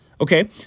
okay